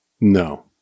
no